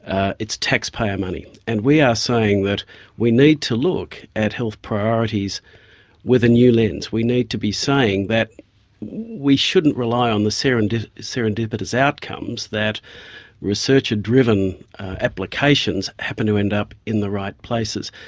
ah taxpayer money. and we are saying that we need to look at health priorities with a new lens, we need to be saying that we shouldn't rely on the serendipitous serendipitous outcomes that researcher driven applications happen to end up in the right places.